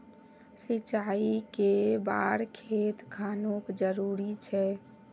सिंचाई कै बार खेत खानोक जरुरी छै?